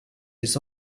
his